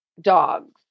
dogs